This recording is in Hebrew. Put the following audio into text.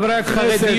חברי הכנסת.